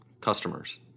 customers